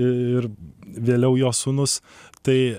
ir vėliau jo sūnus tai